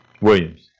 Williams